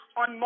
on